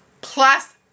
plus